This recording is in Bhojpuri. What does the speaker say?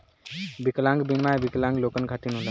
विकलांग बीमा विकलांग लोगन खतिर होला